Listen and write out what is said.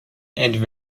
and